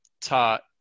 taught